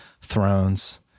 thrones